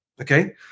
okay